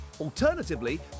Alternatively